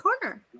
corner